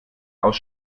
aus